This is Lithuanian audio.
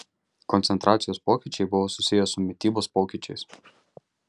koncentracijos pokyčiai buvo susiję su mitybos pokyčiais